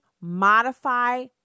modify